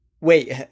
Wait